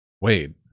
Wade